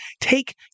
take